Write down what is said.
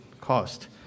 cost